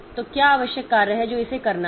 तो क्या आवश्यक कार्य हैं जो इसे करना है